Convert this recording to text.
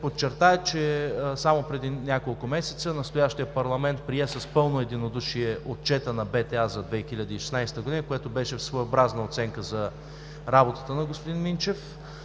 подчертая, че само преди няколко месеца настоящият парламент прие с пълно единодушие Отчета на БТА за 2016 г., което беше своеобразна оценка за работата на господин Минчев,